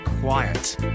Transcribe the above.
quiet